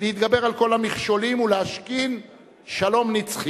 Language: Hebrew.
להתגבר על כל המכשולים ולהשכין שלום נצחי.